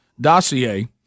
dossier